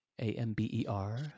A-M-B-E-R